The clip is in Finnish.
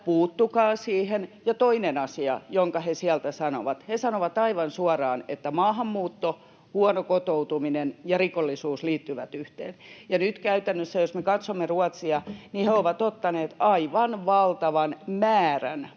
välihuuto] ja toinen asia, jonka he sieltä sanovat aivan suoraan, on se, että maahanmuutto, huono kotoutuminen ja rikollisuus liittyvät yhteen. Ja nyt jos me käytännössä katsomme Ruotsia, niin he ovat ottaneet aivan valtavan määrän maahanmuuttajia